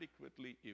adequately